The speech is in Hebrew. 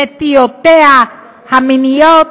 נטיותיה המיניות